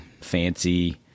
fancy